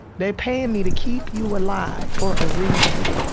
they pay me to keep you alive for a reason.